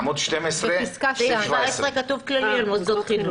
עמוד 12. בפסקה (17) כתוב כללי על מוסדות חינוך.